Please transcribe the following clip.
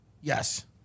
Yes